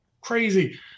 crazy